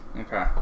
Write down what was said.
Okay